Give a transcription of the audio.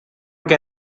que